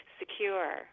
secure